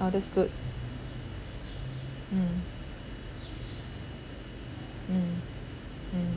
orh that's good mm mm